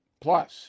Plus